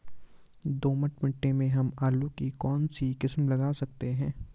दोमट मिट्टी में हम आलू की कौन सी किस्म लगा सकते हैं?